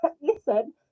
listen